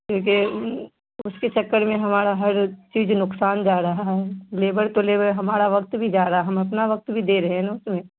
کیونکہ اس کے چکر میں ہمارا ہر چیز نقصان جا رہا ہے لیبر تو لیبر ہمارا وقت بھی جا رہا ہے ہم اپنا وقت بھی دے رہے ہیں نا اس میں